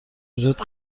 وجود